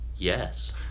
Yes